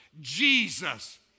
Jesus